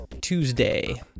Tuesday